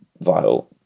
vile